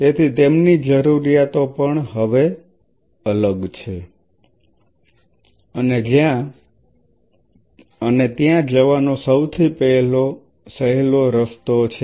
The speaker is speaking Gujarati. તેથી તેમની જરૂરિયાતો પણ હવે અલગ છે અને ત્યાં જવાનો સૌથી સહેલો રસ્તો છે